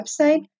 website